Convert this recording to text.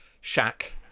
shack